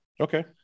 Okay